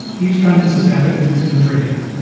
each time this has happened, he's been drinking.